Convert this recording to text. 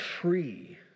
free